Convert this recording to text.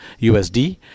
USD